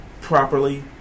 properly